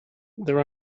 there